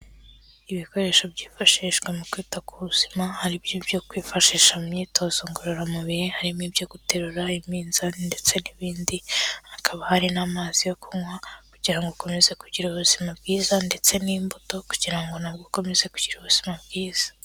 Ibikoresho byifashishwa mu kwita ku buzima, ari ibyo kwifashisha mu myitozo ngororamubiri, harimo ibyo guterura iminzani ndetse n'ibindi, hakaba hari n'amazi yo kunywa kugira ngo ukomeze kugira ubuzima bwiza ndetse n'imbuto kugira ngo nabwo ukomeza kugira ubuzima bwiza.